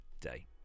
day